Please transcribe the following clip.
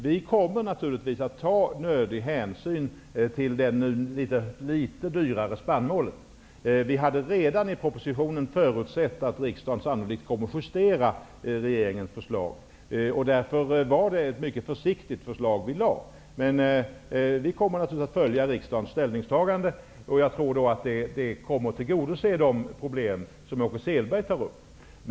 Vi kommer naturligtvis att ta nödig hänsyn till den litet dyrare spannmålen. Vi hade redan i propositionen förutsett att riksdagen sannolikt kommer att justera regeringens förslag. Förslaget som lades fram var därför mycket försiktigt. Vi kommer att följa riksdagens ställningstagande, och jag tror att det kommer att tillgodose de problem som Åke Selberg tar upp.